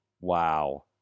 Wow